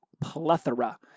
plethora